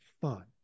fun